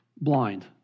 blind